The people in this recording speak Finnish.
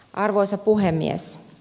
arvoisa puhemies